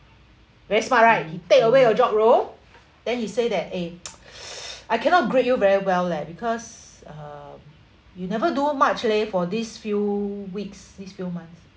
very smart right he take away your job role then he say that eh I cannot grade you very well leh because um you never do much leh for these few weeks these few months